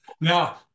Now